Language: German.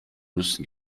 müssen